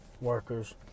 workers